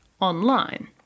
online